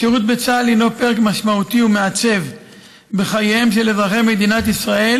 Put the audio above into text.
השירות בצה"ל הינו פרק משמעותי ומעצב בחייהם של אזרחי מדינת ישראל